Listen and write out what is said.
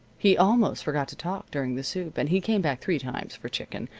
he almost forgot to talk during the soup, and he came back three times for chicken,